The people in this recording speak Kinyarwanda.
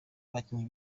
abakinnyi